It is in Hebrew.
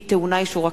היא טעונה אישור הכנסת.